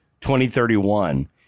2031